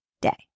day